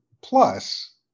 Plus